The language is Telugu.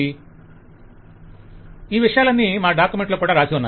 క్లయింట్ ఈ విషయాలన్నీ మా డాక్యుమెంట్ లో కూడా రాసి ఉన్నాయి